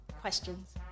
questions